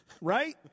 Right